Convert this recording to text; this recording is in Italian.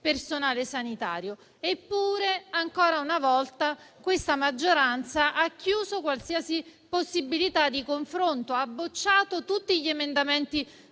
personale sanitario. Eppure, ancora una volta, questa maggioranza ha chiuso a qualsiasi possibilità di confronto, bocciando tutti gli emendamenti